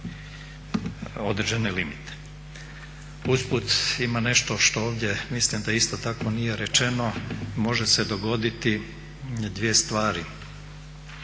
Usput ima nešto što ovdje mislim da isto tako nije rečeno, može se dogoditi dvije stvari.